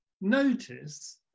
notice